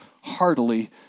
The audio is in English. heartily